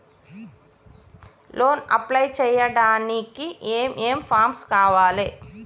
Loan apply చేయడానికి ఏం ఏం ఫామ్స్ కావాలే?